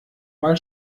mal